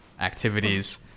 activities